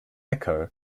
echo